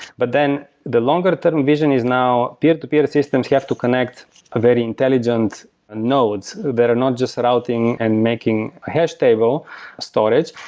but then the longer term vision is now peer-to-peer systems, you have to connect very intelligent nodes that are not just routing and making hash table storage.